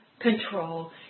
control